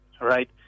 right